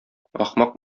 ахмак